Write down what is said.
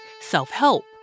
self-help